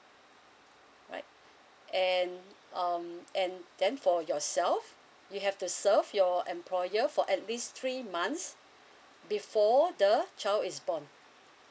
alright and um and then for yourself you have to serve your employer for at least three months before the child is born